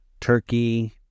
turkey